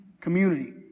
community